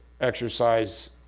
exercise